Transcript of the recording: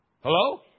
Hello